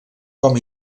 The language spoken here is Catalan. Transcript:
com